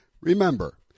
Remember